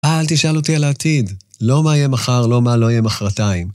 אל תשאל אותי על העתיד, לא מה יהיה מחר, לא מה לא יהיה מחרתיים.